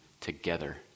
together